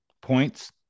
points